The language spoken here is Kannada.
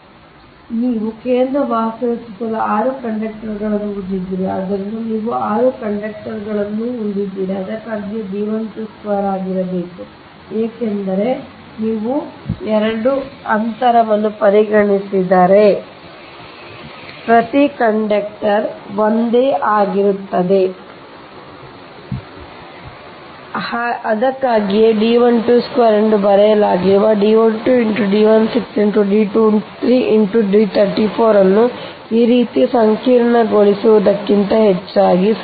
ಆದ್ದರಿಂದ ನೀವು ಕೇಂದ್ರ ವಾಹಕದ ಸುತ್ತಲೂ 6 ಕಂಡಕ್ಟರ್ಗಳನ್ನು ಹೊಂದಿದ್ದೀರಿ ಆದ್ದರಿಂದ ನೀವು 6 ಕಂಡಕ್ಟರ್ಗಳನ್ನು ಹೊಂದಿದ್ದೀರಿ ಅದಕ್ಕಾಗಿಯೇ D12² ಆಗಿರಬೇಕು ಏಕೆಂದರೆ ನೀವು 2 ಅಂತರವನ್ನು ಪರಿಗಣಿಸಿದರೆ ಪ್ರತಿ ಕಂಡಕ್ಟರ್ಗ ಒಂದೇ ಆಗಿರುತ್ತದೆ ಅದಕ್ಕಾಗಿಯೇ D12² ಎಂದು ಬರೆಯಲಾಗಿದೆ D12 × D16 × D23 × D34 ಅನ್ನು ಈ ರೀತಿ ಸಂಕೀರ್ಣಗೊಳಿಸುವುದಕ್ಕಿಂತ ಹೆಚ್ಚಾಗಿ